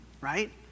right